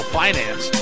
finance